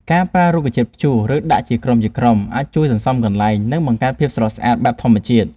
ការប្រើរុក្ខជាតិព្យួរ ឬដាក់ជាក្រុមៗអាចជួយសន្សំកន្លែង និងបង្កើតភាពស្រស់ស្អាតបែបធម្មជាតិ។